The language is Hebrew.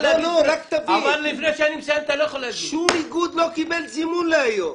שום איגוד לא קיבל זימון להיום.